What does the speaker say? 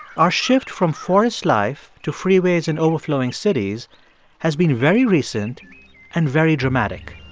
our shift from forest life to freeways and overflowing cities has been very recent and very dramatic.